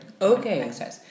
Okay